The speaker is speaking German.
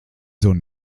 sohn